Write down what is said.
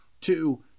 two